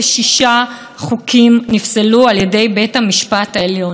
אז בואו באמת נוריד את המסכה ונאמר מי פוגע ברצון העם,